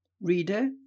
Reader